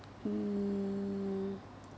mm